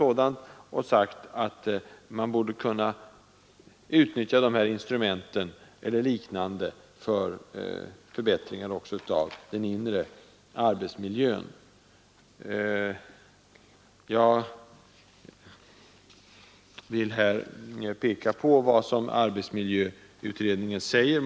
Vi anser att man borde kunna få utnyttja dessa instrument eller liknande för förbättringar även av den inre arbetsmiljön. Jag vill här peka på vad arbetsmiljöutredningen säger.